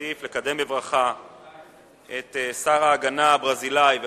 אני רוצה לקדם בברכה את שר ההגנה הברזילאי ופמלייתו,